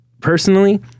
Personally